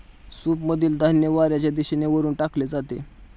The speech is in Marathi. सूपमधील धान्य वाऱ्याच्या दिशेने वरून टाकले जाते